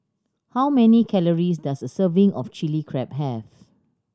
how many calories does a serving of Chilli Crab have